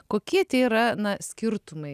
kokie tie yra na skirtumai